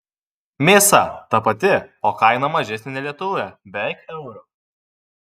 mėsa ta pati o kaina mažesnė nei lietuvoje beveik euru